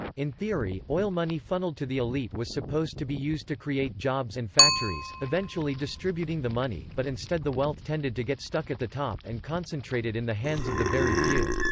in theory, oil money funneled to the elite was supposed to be used to create jobs and factories, eventually distributing the money, but instead the wealth tended to get stuck at the top and concentrated in the hands of the very few.